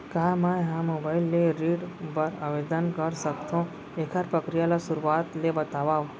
का मैं ह मोबाइल ले ऋण बर आवेदन कर सकथो, एखर प्रक्रिया ला शुरुआत ले बतावव?